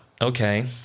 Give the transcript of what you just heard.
okay